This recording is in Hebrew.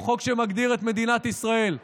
הוא חוק שמגדיר את מדינת ישראל.